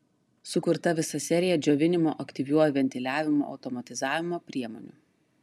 sukurta visa serija džiovinimo aktyviuoju ventiliavimu automatizavimo priemonių